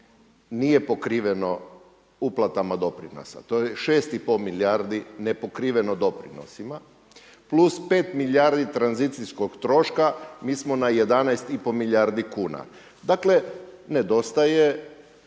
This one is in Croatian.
nije pokriveno uplatama doprinosa, to je 6 i pol milijardi nepokriveno doprinosima plus 5 milijardi tranzicijskog troška, mi smo na 11 i pol milijardi kuna. Dakle nedostaje